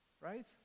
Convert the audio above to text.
right